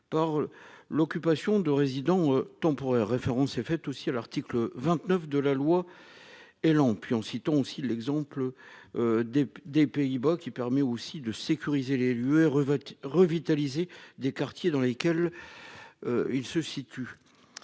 Parle l'occupation de résident temporaire référence et fait aussi à l'article 29 de la loi. Elan puis en citant aussi l'exemple. Des des Pays-Bas qui permet aussi de sécuriser les lieux et revêtent revitaliser des quartiers dans lesquels. Ils se situent.